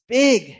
big